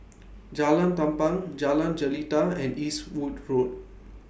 Jalan Tampang Jalan Jelita and Eastwood Road